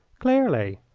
clearly.